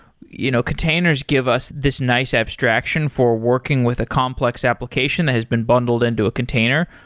you know containers give us this nice abstraction for working with a complex application that has been bundled into a container,